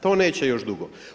To neće još dugo.